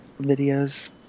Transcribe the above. videos